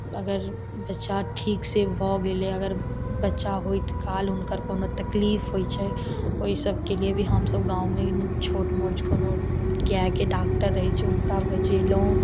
अगर बच्चा ठीक सऽ भऽ गेलै अगर बच्चा होइत काल हुनकर कोनो तकलीफ होइ छै ओहि सभके लिए भी हमसभ गाँवमे छोट मोट कोनो गायके डॉक्टर रहै छै हुनका बजेलहुॅं